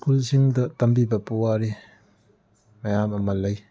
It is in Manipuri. ꯈꯨꯜꯁꯤꯡꯗ ꯇꯝꯕꯤꯕ ꯄꯨꯋꯥꯔꯤ ꯃꯌꯥꯝ ꯑꯃ ꯂꯩ